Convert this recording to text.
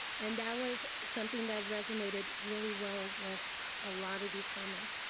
and that was something that resonated really well with a lot of these comments.